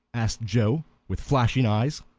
asked joe, with flashing eyes.